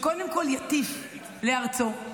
קודם כול שיטיף לארצו,